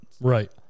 right